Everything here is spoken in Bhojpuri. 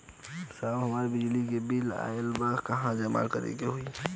साहब हमार बिजली क बिल ऑयल बा कहाँ जमा करेके होइ?